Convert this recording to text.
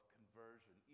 conversion